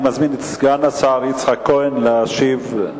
אני מזמין את סגן השר יצחק כהן להשיב על ההצעה.